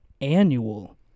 annual